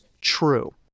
true